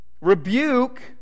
rebuke